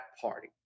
party